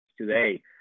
today